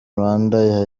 rwanda